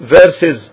verses